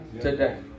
today